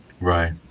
right